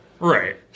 Right